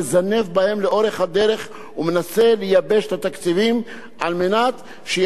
התקציבים על מנת שיסכימו להפוך את השירות הזה לשירות ממלכתי.